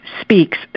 speaks